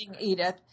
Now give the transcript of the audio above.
Edith